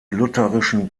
lutherischen